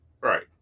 Right